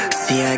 see